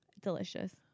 Delicious